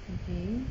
okay